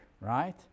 right